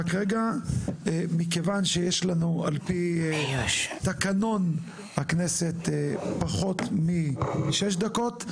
בגלל שיש לפי תקנון הכנסת פחות משש דקות,